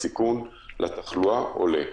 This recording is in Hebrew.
הסיכון לתחלואה עולה.